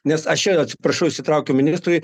nes aš jau atsiprašau įsitraukiau ministrui